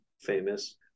famous